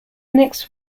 next